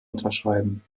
unterschreiben